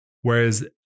whereas